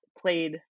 played